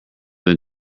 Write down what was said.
than